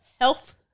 health